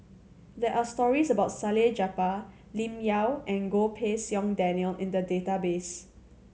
there are stories about Salleh Japar Lim Yau and Goh Pei Siong Daniel in the database